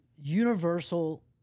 universal